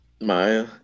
Maya